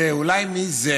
ואולי מזה